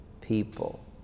people